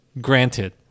Granted